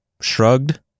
shrugged